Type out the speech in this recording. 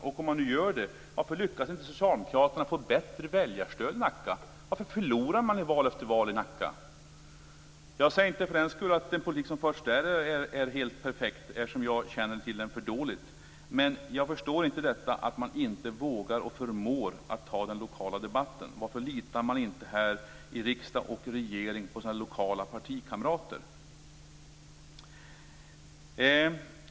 Om man nu gör det, varför lyckas inte socialdemokraterna att få ett bättre väljarstöd i Nacka? Varför förlorar man i val efter val i Nacka? Jag säger inte för den skull att den politik som förs där är helt perfekt, eftersom jag känner till den för dåligt. Men jag förstår inte detta att man inte vågar och förmår att ta den lokala debatten. Varför litar man inte i riksdag och regering på sina lokala partikamrater?